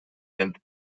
health